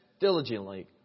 diligently